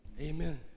Amen